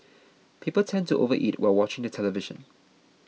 people tend to overeat while watching the television